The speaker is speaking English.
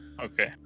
okay